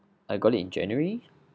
I got it in january